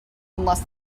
unless